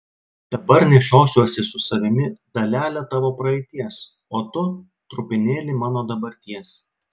dabar nešiosiuosi su savimi dalelę tavo praeities o tu trupinėlį mano dabarties